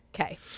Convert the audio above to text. Okay